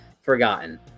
forgotten